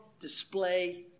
display